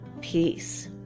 Peace